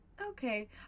Okay